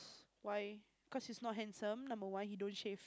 why cause he is not handsome number one he don't shave